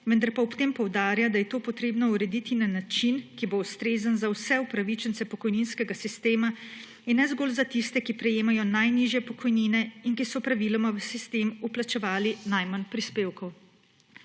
vendar pa ob tem poudarja, da je to treba urediti na način, ki bo ustrezen za vse upravičence pokojninskega sistema in ne zgolj za tiste, ki prejemajo najnižje pokojnine in ki so praviloma v sistem vplačevali najmanj prispevkov.